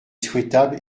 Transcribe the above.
souhaitable